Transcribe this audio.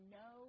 no